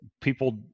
People